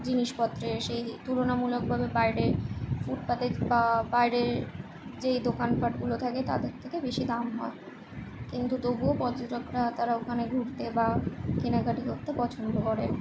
জিনিসপত্রের সেই তুলনামূলকভাবে বাইরের ফুটপাতে বা বাইরে যেই দোকানপাটগুলো থাকে তাদের থেকে বেশি দাম হয় কিন্তু তবুও পয্যটকরা তারা ওখানে ঘুরতে বা কেনাকাটি করতে পছন্দ করে